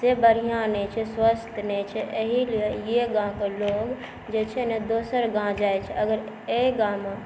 से बढ़िआँ नहि छै स्वस्थ नहि छै अही लिये ई गामक लोक जे छै ने दोसर गाम जाय छै अगर अहि गाममे